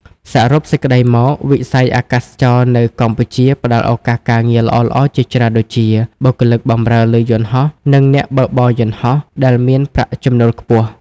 សរុបសេចក្តីមក វិស័យអាកាសចរណ៍នៅកម្ពុជាផ្តល់ឱកាសការងារល្អៗជាច្រើនដូចជា បុគ្គលិកបម្រើលើយន្តហោះ និងអ្នកបើកបរយន្តហោះ ដែលមានប្រាក់ចំណូលខ្ពស់។